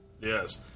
Yes